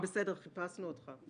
בסדר, חיפשנו אותך.